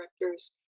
directors